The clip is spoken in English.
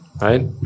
Right